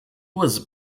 was